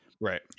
right